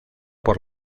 por